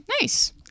Nice